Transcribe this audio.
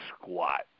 squat